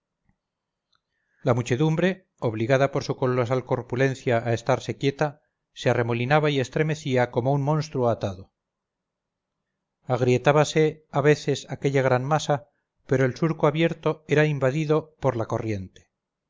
la muchedumbre obligada por su colosal corpulencia a estarse quieta se arremolinaba y estremecía como un monstruo atado agrietábase a veces aquella gran masa pero el surco abierto era invadido por la corriente